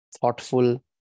thoughtful